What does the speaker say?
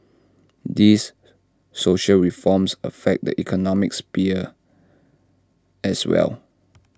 these social reforms affect the economic sphere as well